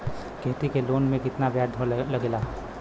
खेती के लोन में कितना ब्याज लगेला?